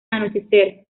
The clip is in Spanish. anochecer